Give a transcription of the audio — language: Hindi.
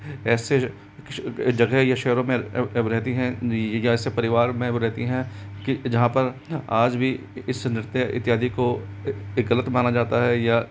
ऐसे जगह या शहरों में रहती हैं या ऐसे परिवार में वह रहती हैं कि जहाँ पर आज भी इस नृत्य इत्यादि को गलत माना जाता है या